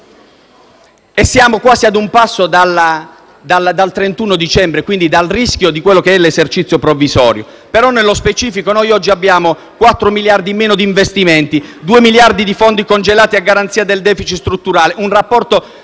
Siamo ad un passo dal 31 dicembre, quindi dal rischio dell'esercizio provvisorio, però, nello specifico, noi oggi abbiamo 4 miliardi in meno di investimenti, 2 miliardi di fondi congelati a garanzia del *deficit* strutturale, un rapporto